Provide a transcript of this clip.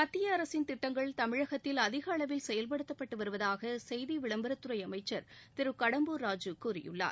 மத்திய அரசின் திட்டங்கள் தமிழகத்தில் அதிக அளவில் செயல்படுத்தப்பட்டு வருவதாக செய்தி விளம்பரத்துறை அமைச்சர் திரு கடம்பூர் ராஜூ கூறியுள்ளார்